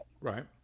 Right